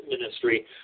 ministry